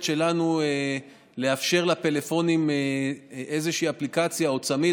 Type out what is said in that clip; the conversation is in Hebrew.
שלנו לאפשר לפלאפונים איזושהי אפליקציה או צמיד,